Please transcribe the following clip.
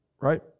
Right